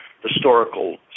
historical